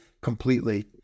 completely